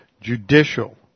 Judicial